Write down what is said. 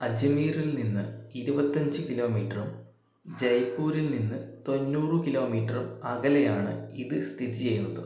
അജ്മീറിൽ നിന്ന് ഇരുപത്തഞ്ച് കിലോമീറ്ററും ജയ്പൂരിൽ നിന്ന് തൊന്നൂറ് കിലോമീറ്ററും അകലെയാണ് ഇത് സ്ഥിതി ചെയ്യുന്നത്